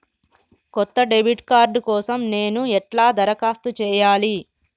కొత్త debit card కోసం నేను ఎట్లా దరఖాస్తు చేయాలి?